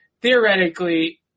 theoretically